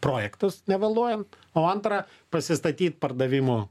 projektus nevėluojant o antra pasistatyt pardavimo